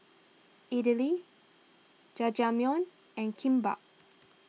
Idili Jajangmyeon and Kimbap